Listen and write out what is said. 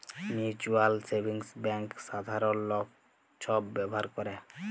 mutual savings bank সাধারল লক ছব ব্যাভার ক্যরে